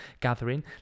gathering